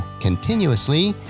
continuously